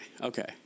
okay